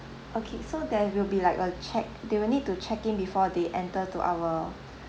okay so there will be like a check they will need to check in before they enter to our